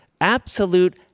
absolute